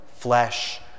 Flesh